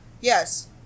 yes